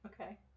Okay